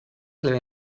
clear